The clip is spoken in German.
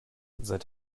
seit